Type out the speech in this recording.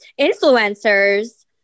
influencers